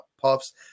puffs